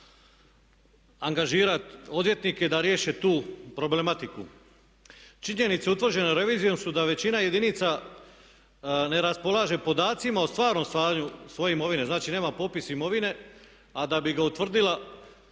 angažirat odvjetnike da riješe tu problematiku. Činjenice utvrđene revizijom su da većina jedinica ne raspolaže podacima o stvarnom stanju svoje imovine, znači nema popis imovine, a da bi ga utvrdila